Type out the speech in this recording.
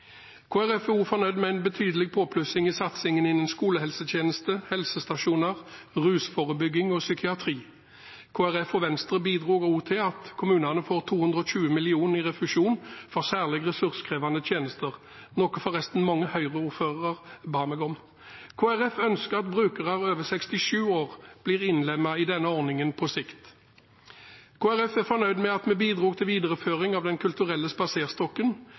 Folkeparti er også fornøyd med en betydelig påplussing i satsingen innen skolehelsetjeneste, helsestasjoner, rusforebygging og psykiatri. Kristelig Folkeparti og Venstre bidro også til at kommunene får 220 mill. kr i refusjon for særlig ressurskrevende tjenester, noe forresten mange Høyre-ordførere ba meg om. Kristelig Folkeparti ønsker at brukere over 67 år blir innlemmet i denne ordningen på sikt. Kristelig Folkeparti er fornøyd med at vi bidro til videreføring av Den kulturelle spaserstokken.